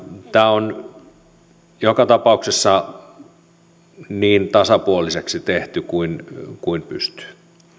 tämä on joka tapauksessa niin tasapuoliseksi tehty kuin kuin pystyy